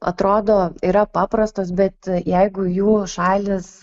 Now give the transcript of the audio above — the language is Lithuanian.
atrodo yra paprastos bet jeigu jų šalys